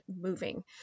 moving